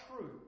true